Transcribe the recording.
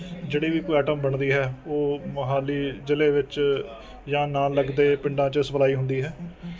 ਜਿਹੜੀ ਵੀ ਕੋਈ ਐਟਮ ਬਣਦੀ ਹੈ ਉਹ ਮੋਹਾਲੀ ਜ਼ਿਲ੍ਹੇ ਵਿੱਚ ਜਾਂ ਨਾਲ਼ ਲੱਗਦੇ ਪਿੰਡਾਂ 'ਚ ਸਪਲਾਈ ਹੁੰਦੀ ਹੈ